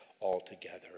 altogether